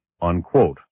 unquote